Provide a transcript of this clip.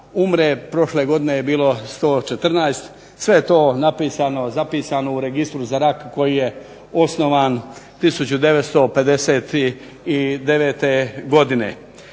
umre, prošle godine je bilo 114, sve je to napisano, zapisano u registru za rak koji je osnovan 1959. godine.